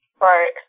Right